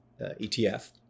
etf